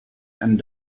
and